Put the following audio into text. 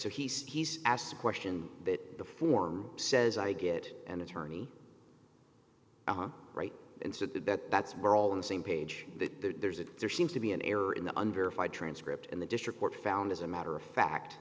says he's asked a question that the form says i get an attorney right and so that that's we're all in the same page that there's a there seems to be an error in the under five transcript and the district court found as a matter of fact